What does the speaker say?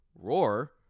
roar